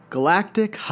Galactic